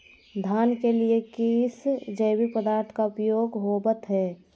धान के लिए किस जैविक पदार्थ का उपयोग होवत है?